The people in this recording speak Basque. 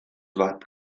bat